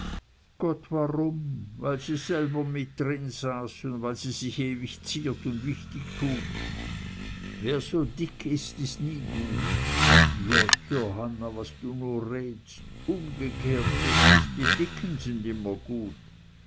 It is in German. gott warum weil sie selber mit drinsaß und weil sie sich ewig ziert und wichtig tut wer so dick ist ist nie gut jott johanna was du nur redst umgekehrt is es die dicken sind immer gut